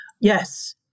yes